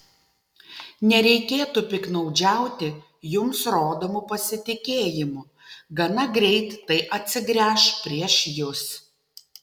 nereikėtų piktnaudžiauti jums rodomu pasitikėjimu gana greit tai atsigręš prieš jus